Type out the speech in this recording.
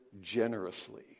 generously